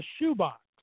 shoebox